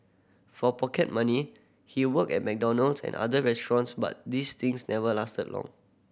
for pocket money he worked at McDonald's and other restaurants but these stints never lasted long